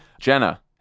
Jenna